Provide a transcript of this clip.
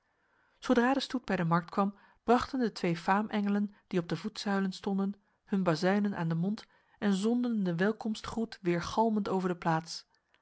zodra de stoet bij de markt kwam brachten de twee faamengelen die op de voetzuilen stonden hun bazuinen aan de mond en zonden de welkomstgroet weergalmend over de plaats